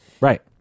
Right